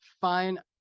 fine